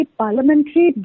parliamentary